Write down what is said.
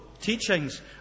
teachings